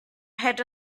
had